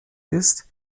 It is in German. ist